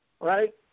Right